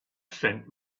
sent